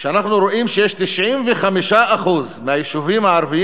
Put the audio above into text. כשאנחנו רואים ש-95% מהיישובים הערביים